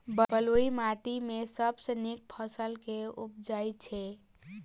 बलुई माटि मे सबसँ नीक फसल केँ उबजई छै?